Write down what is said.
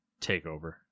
takeover